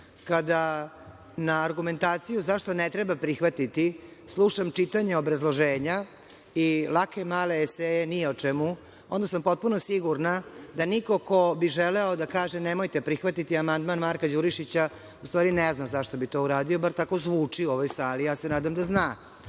kada na argumentaciju zašto ne treba prihvatiti slušam čitanje obrazloženja i lake male eseje ni o čemu, onda sam potpuno sigurna da niko ko bi želeo da kaže nemojte prihvatiti amandman Marka Đurišića u stvari ne zna zašto bi to uradio, bar tako zvuči u ovoj sali. Ja se nadam da zna,